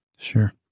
Sure